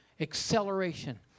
Acceleration